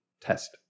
test